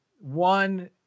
one